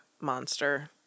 monster